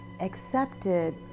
accepted